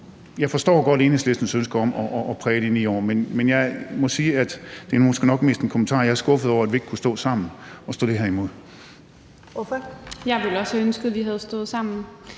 Jeg forstår godt Enhedslistens ønske om at præge de 9 år, men jeg må sige, og det er måske nok mest en kommentar, at jeg er skuffet over, at vi ikke kunne stå sammen og stå det her imod.